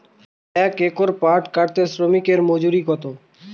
এক একর পাট কাটতে শ্রমিকের মজুরি কত?